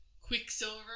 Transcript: Quicksilver